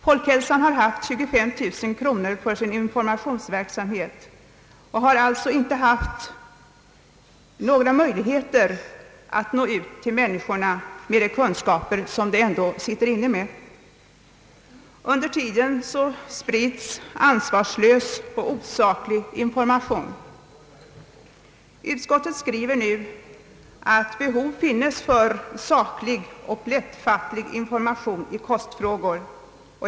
Folkhälsan har haft 25000 kronor för sin informationsverksamhet och har alltså inte haft några möjligheter att nå ut till mänuiskorna med de kunskaper institutet sitter inne med. Under tiden sprids ansvarslös och osakkunnig information. Utskottet skriver att behov föreligger av saklig och lättfattlig information i kostfrågor.